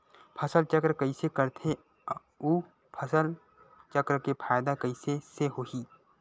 फसल चक्र कइसे करथे उ फसल चक्र के फ़ायदा कइसे से होही?